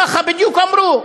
ככה בדיוק אמרו.